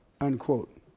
unquote